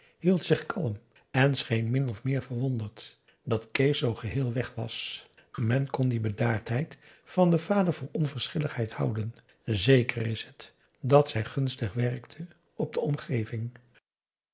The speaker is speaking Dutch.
hield zich kalm en scheen min of meer verwonderd dat kees zoo geheel weg was men kon die bedaardheid van den vader voor onverschilligheid houden zeker is het dat zij gunstig werkte op de omgeving